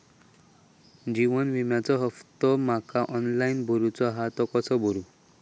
जीवन विम्याचो हफ्तो माका ऑनलाइन भरूचो हा तो कसो भरू?